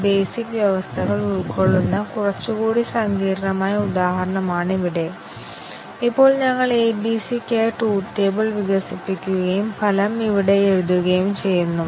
അതിനാൽ മറ്റ് 19 ടെസ്റ്റ് കേസുകൾ യഥാർത്ഥത്തിൽ അനാവശ്യമാണ് ആ ടെസ്റ്റ് കേസുകൾ മറ്റ് 19 ടെസ്റ്റ് കേസുകൾ ഞങ്ങൾ എഴുതിയാലും അവ കാര്യമില്ല